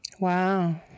Wow